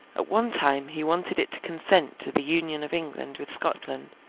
at one time he wanted it to consent to the union of england with scotland,